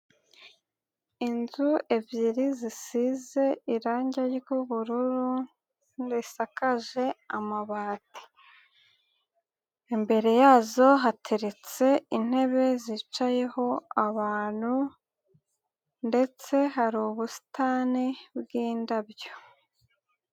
Inzu ebyiri zisize irangi ry'ubururu, risakaje amabati. Imbere yazo hateretse intebe zicayeho abantu ndetse hari ubusitani bw'indabyo.